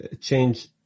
change